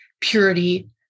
purity